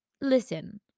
listen